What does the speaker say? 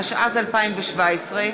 התשע"ז 2017,